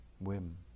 whim